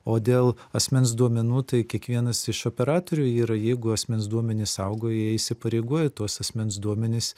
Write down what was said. o dėl asmens duomenų tai kiekvienas iš operatorių yra jeigu asmens duomenis saugo jie įsipareigoja tuos asmens duomenis